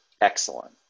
excellent